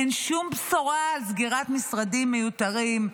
אין שום בשורה על סגירת משרדים מיותרים,